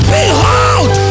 Behold